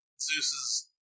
Zeus